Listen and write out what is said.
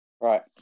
Right